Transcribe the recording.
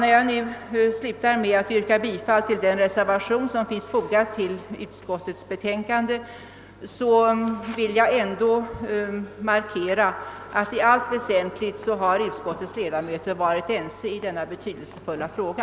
När jag nu slutar med att yrka bifall till den reservation som finns fogad till utskottets betänkande vill jag poängtera att utskottets ledamöter i allt väsentligt varit ense i denna betydelsefulla fråga.